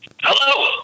Hello